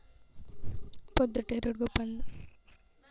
పొద్దుతిరుగుడు పంటకు మార్కెట్లో ఉండే అవును చెప్పండి?